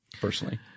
personally